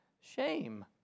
shame